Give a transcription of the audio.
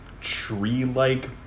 tree-like